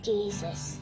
Jesus